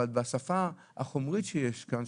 אבל בשפה החומרית שיש כאן,